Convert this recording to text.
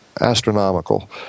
astronomical